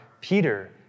Peter